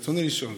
רצוני לשאול: